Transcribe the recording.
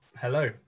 hello